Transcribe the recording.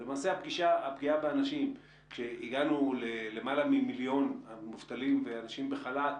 ולמעשה הפגיעה באנשים כשהגענו ללמעלה ממיליון מובטלים ואנשים בחל"ת,